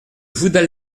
woodhall